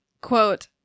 Quote